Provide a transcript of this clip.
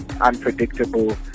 unpredictable